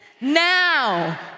now